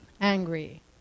angry